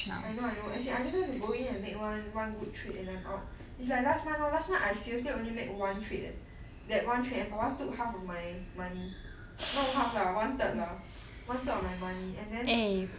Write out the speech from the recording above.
I know I know I know I know as in I just want to go in and make one one good trade and I'm out it's like last month lor last month I seriously only make one trade that one trade took half of my money not half lah one third lah of my money and then